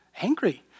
angry